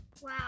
Wow